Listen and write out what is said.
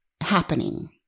happening